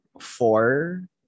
four